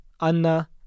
Anna